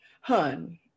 Hun